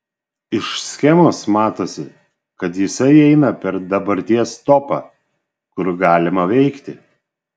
iš schemos matosi kad jisai eina per dabarties topą kur galima veikti